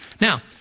Now